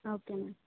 okay ma'am